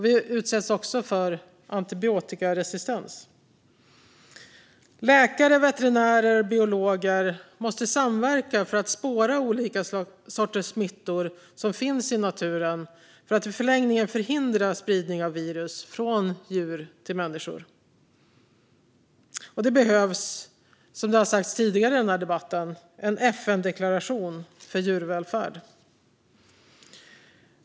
Vi utsätts också för antibiotikaresistens. Läkare, veterinärer och biologer måste samverka för att spåra olika sorters smittor som finns i naturen för att i förlängningen förhindra spridning av virus från djur till människor. Det behövs, som det har sagts tidigare i den här debatten, en FN-deklaration för djurvälfärd.